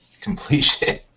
completion